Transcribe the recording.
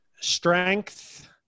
Strength